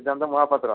Siddhanta Mohapatra